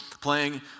playing